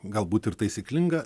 galbūt ir taisyklinga